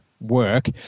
work